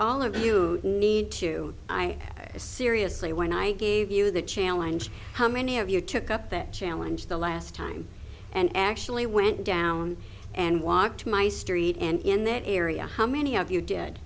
all of you need to i was seriously when i gave you the challenge how many of you took up that challenge the last time and actually went down and walk to my street and in that area how many of you did